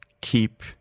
keep